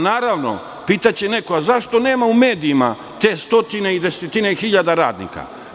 Naravno, pitaće neko zašto nema u medijima te stotine i desetine hiljada radnika.